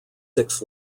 six